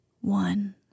One